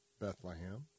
Bethlehem